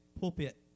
pulpit